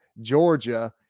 georgia